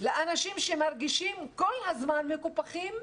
לאנשים שמרגישים כל הזמן מקופחים,